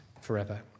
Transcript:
forever